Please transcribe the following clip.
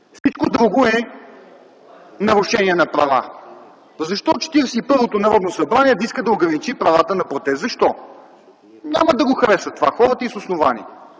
Всичко друго е нарушение на права. Защо 41-то Народно събрание да иска да ограничи правата на протест? Защо? Няма да го харесат това хората и с основание,